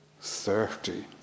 thirty